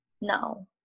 now